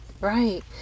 right